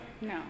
No